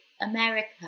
America